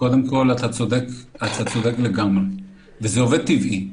קודם כול, אתה צודק לגמרי, וזה עובד טבעי.